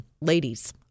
Ladies